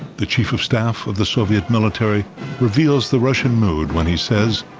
the chief of staff of the soviet military reveals the russian mood when he says,